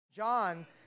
John